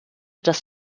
das